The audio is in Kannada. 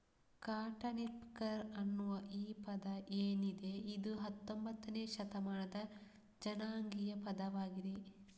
ಕಾಟನ್ಪಿಕರ್ ಅನ್ನುವ ಈ ಪದ ಏನಿದೆ ಇದು ಹತ್ತೊಂಭತ್ತನೇ ಶತಮಾನದ ಜನಾಂಗೀಯ ಪದವಾಗಿದೆ